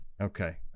Okay